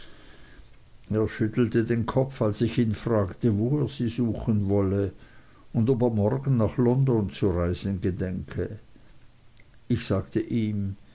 schüttelte den kopf als ich ihn fragte wo er sie suchen wollte und ob er morgen nach london zu reisen gedenke ich sagte ihm